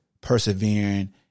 persevering